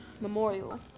memorial